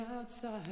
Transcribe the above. outside